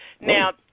Now